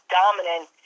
dominant